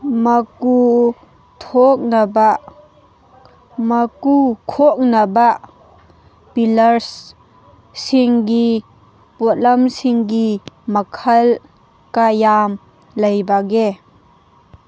ꯃꯀꯨ ꯊꯣꯛꯅꯕ ꯃꯀꯨ ꯈꯣꯛꯅꯕ ꯄꯤꯂ꯭ꯔꯁ ꯁꯤꯡꯒꯤ ꯄꯣꯠꯂꯝꯁꯤꯡꯒꯤ ꯃꯈꯜ ꯀꯌꯥꯝ ꯂꯩꯕꯒꯦ